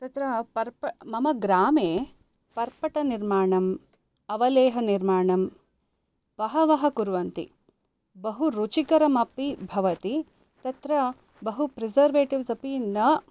तत्र पर्प मम ग्रामे पर्पटनिर्माणम् अवलेहनिर्माणं बहवः कुर्वन्ति बहु रुचिकरमपि भवति तत्र बहु प्रिसर्वेटिव्स् अपि न